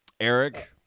Eric